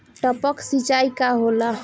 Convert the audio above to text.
टपक सिंचाई का होला?